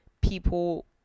people